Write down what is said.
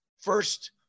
first